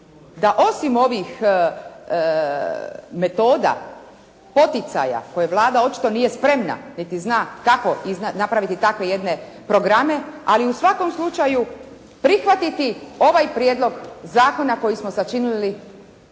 da osim ovih metoda poticaja koje Vlada očito nije spremna, niti zna kako napraviti takve jedne programe, ali u svakom slučaju, prihvatiti ovaj prijedlog zakona koji smo sačinili